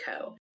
Co